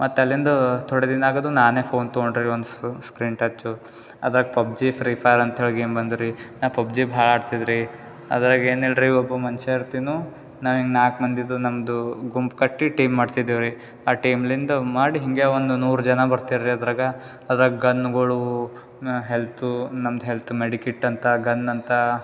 ಮತ್ತು ಅಲ್ಲಿಂದ ಥೋಡೆ ದಿನ ಆಗೋದು ನಾನೇ ಫೋನ್ ತೊಂಡ್ರಿ ಒಂದು ಸ್ಕ್ರೀನ್ ಟಚ್ಚು ಅದರಾಗೆ ಪಬ್ಜಿ ಫ್ರೀ ಫೈರ್ ಅಂಥೇಳಿ ಗೇಮ್ ಬಂದ ರೀ ನಾ ಪಬ್ಜಿ ಭಾಳ ಆಡ್ತಿದ್ದೆ ರೀ ಅದರಾಗೆ ಏನಿಲ್ರಿ ಒಬ್ಬ ಮನ್ಷ ಇರ್ತಿದ್ದು ನಾವು ಹಿಂಗ ನಾಲ್ಕು ಮಂದಿದು ನಮ್ದು ಗುಂಪು ಕಟ್ಟಿ ಟೀಮ್ ಮಾಡ್ತಿದ್ದೆವು ರೀ ಆ ಟೀಮ್ನಿಂದ ಮಾಡಿ ಹಿಂಗೆ ಒಂದು ನೂರು ಜನ ಬರ್ತಿರು ರೀ ಅದರಾಗೆ ಅದರಾಗೆ ಗನ್ಗಳು ಮ ಹೆಲ್ತೂ ನಮ್ದು ಹೆಲ್ತ್ ಮೆಡಿ ಕಿಟ್ ಅಂತ ಗನ್ ಅಂತ